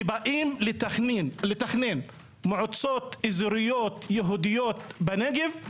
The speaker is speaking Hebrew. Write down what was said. שבאים לתכנן מועצות אזוריות יהודיות בנגב,